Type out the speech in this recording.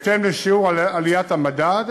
בהתאם לשיעור עליית המדד,